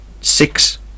Six